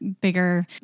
bigger